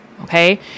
okay